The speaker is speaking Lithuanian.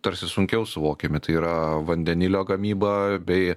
tarsi sunkiau suvokiami tai yra vandenilio gamyba bei